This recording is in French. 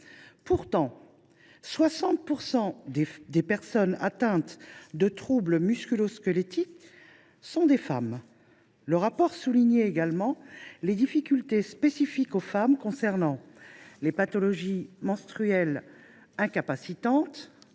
Pourtant, 60 % des personnes atteintes de troubles musculo squelettiques (TMS) sont des femmes. Le rapport mettait également en évidence les difficultés spécifiques aux femmes, comme les pathologies menstruelles incapacitantes,